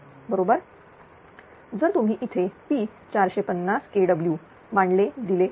जर तुम्ही इथे P 450kW मांडले दिलेले आहे